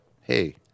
hey